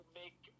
make